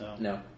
no